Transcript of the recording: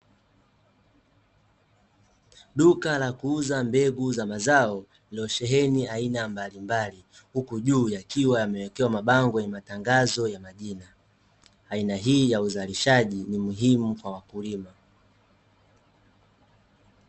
Duka la kuuza mbegu za mazao ilosheheni aina mbalimbali, huku juu yakiwa yamewekea mabango yenye matangazo ya majina. Aina hii ya uzalishaji ni muhimu kwa wakulima.